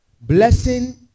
Blessing